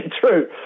true